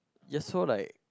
you're so like